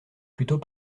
plutôt